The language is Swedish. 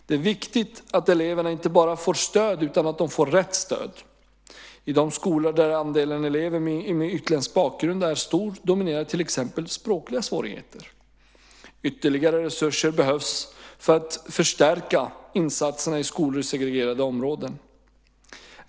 Det är viktigt att eleverna inte bara får stöd utan att de får rätt stöd. I de skolor där andelen elever med utländsk bakgrund är stor dominerar till exempel språkliga svårigheter. Ytterligare resurser behövs för att förstärka insatserna i skolor i segregerade områden.